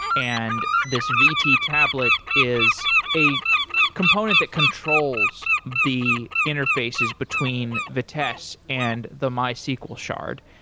and this vt tablet is a component that controls the interfaces between vitess and the mysql shard.